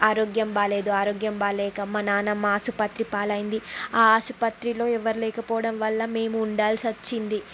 ఆరోగ్యం బాగాలేదు ఆరోగ్యం బాగోలేక మా నానమ్మ ఆసుపత్రి పాలు అయింది ఆ ఆసుపత్రిలో ఎవ్వరు లేకపోవడం వల్ల మేము ఉండాల్సి వచ్చింది